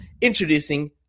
introducing